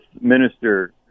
Minister